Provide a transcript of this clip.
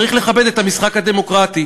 צריך לכבד את המשחק הדמוקרטי.